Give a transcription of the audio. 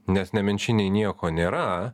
nes nemenčinėj nieko nėra